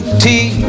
tea